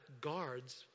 guards